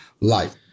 Life